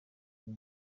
neza